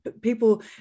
people